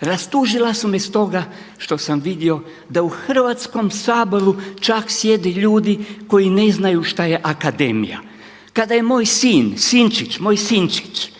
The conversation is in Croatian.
Rastužila su me stoga što sam vidio da u Hrvatskom saboru čak sjede ljudi koji ne znaju što je akademija. Kada je moj sin, sinčić, moj sinčić